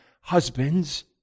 husbands